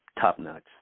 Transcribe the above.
top-notch